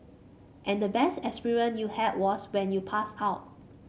and the best experience you had was when you passed out